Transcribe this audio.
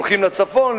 הולכים לצפון,